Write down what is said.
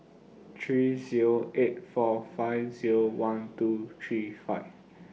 three Zero eight four five Zero one two three five